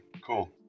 cool